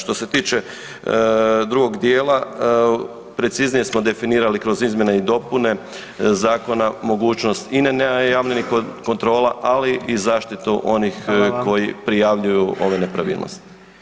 Što se tiče drugog dijela, preciznije smo definirali kroz izmjene i dopune zakone mogućnost i nenajavljenih kontrola, ali i zaštitu onih koji [[Upadica: Hvala vam.]] prijavljuju ove nepravilnosti.